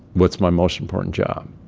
what's my most important job?